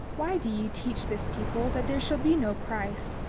why do ye teach this people that there shall be no christ,